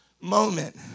moment